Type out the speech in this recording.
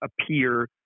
appear